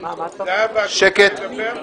שקט.